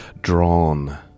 drawn